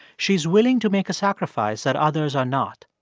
she's willing to make a sacrifice that others are not.